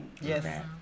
Yes